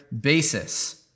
basis